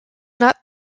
not